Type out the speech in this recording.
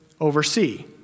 oversee